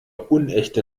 unechte